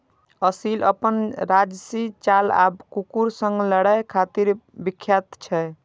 असील अपन राजशी चाल आ कुकुर सं लड़ै खातिर विख्यात छै